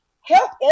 Help